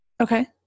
Okay